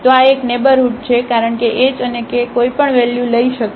તો આ એક નેઇબરહુડ છે કારણ કે h અને k કોઈપણ વેલ્યુ લઈ શકે છે